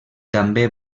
també